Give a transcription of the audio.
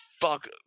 fuck